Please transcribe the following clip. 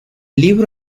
libro